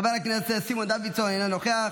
חבר הכנסת חנוך, לא להפריע.